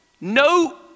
No